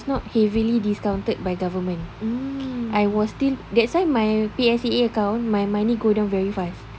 was not heavily discounted by government I was still that's why my P_S_E_A account my money go down very fast